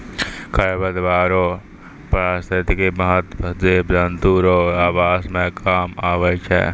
खरपतवार रो पारिस्थितिक महत्व जिव जन्तु रो आवास मे काम आबै छै